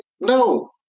no